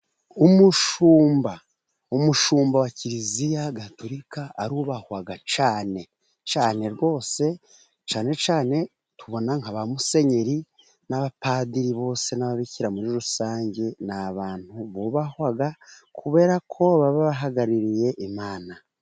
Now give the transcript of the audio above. Umushumba, umushumba wa kiliziya gatotulika arubahwa cyane, cyane rwose. Cyane cyane tubona nka ba Musenyeri n'abapadiri bose n'ababikira. Muri rusange ni abantu bubahwa kubera ko baba bahagarariye Imana.